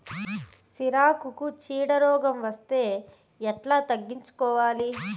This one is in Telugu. సిరాకుకు చీడ రోగం వస్తే ఎట్లా తగ్గించుకోవాలి?